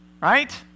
Right